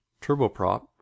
turboprop